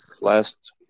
last